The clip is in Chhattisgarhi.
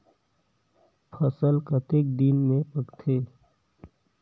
फसल कतेक दिन मे पाकथे?